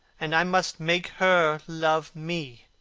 and i must make her love me.